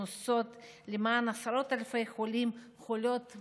עושות למען עשרות אלפי חולים וחולות,